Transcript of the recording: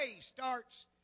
starts